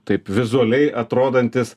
taip vizualiai atrodantis